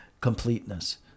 completeness